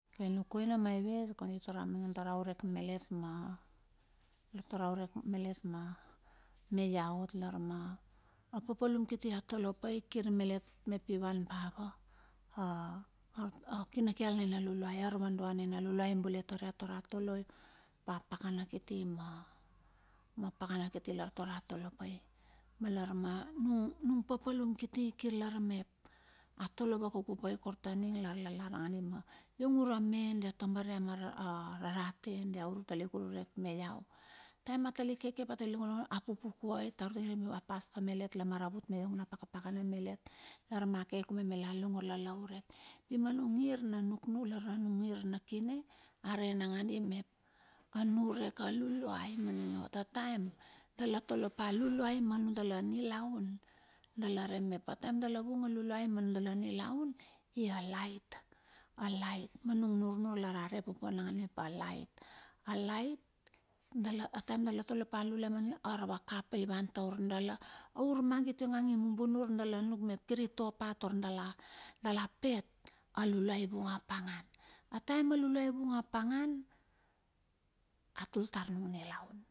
Koina maive, kondi tara a maingan tar a urek malet ma, tar a urek malet ma, me ia ot ma papalum kiti a tolepai kir malet mep i wan pa wa? A a kinakil nena luluai, arvadoan nenea luluai bule tar a tolai pa a pakana kiti ma, ma pakana kiti lar tar a tolo pai. Ma lar ma nung papalum kiti, kirlar mep a tole wakuku pai kaun ta ning, i lar la lar map iong ura me dia tabar ia ma rarate, dia talik ururek me iau. Taem a talik keke atalik longolongor a pupukuai aur a paster malet lu maravut me na iong na pakapakna malet tar malik ke utume alik a longor la la urek. Pi ma nung ngir na nuknuk lar nung ngir na kine, are nangadi mep. A niurek a luluai manina ot. A taem dala tolopa a luluai ma nudala nilaun, dala ren mep a taim dala vung a luluai ma nundala nilaun. Hi a lait, a lait manung nurnur, lar a re popan naganda mep a lait. A lait dala a taim dala tolepa luluai ma uda a arvakapa i wan tour dala a urmangit ionga i mumbunur ala nuk mep kir i topa tur dala pet. A luluai i vung apangan a taem a luluai i vung apangan. A tul tar nung i nilaun.